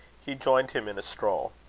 he joined him in a stroll.